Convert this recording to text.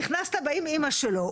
נכנסת באימאמא שלו,